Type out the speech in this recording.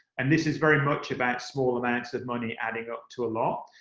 and this is very much about small amounts of money adding up to a lot.